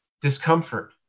discomfort